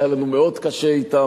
שהיה לנו מאוד קשה אתם,